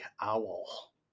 owl